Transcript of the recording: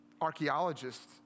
archaeologists